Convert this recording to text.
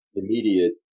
immediate